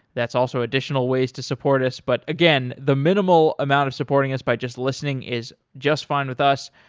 that's also additional ways to support us. but again, the minimal amount of supporting us by just listening is just fine with us.